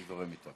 אני זורם איתך.